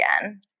again